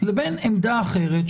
לבין עמדה אחרת,